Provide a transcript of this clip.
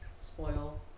Spoil